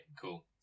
Cool